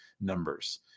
numbers